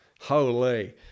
Holy